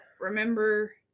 remember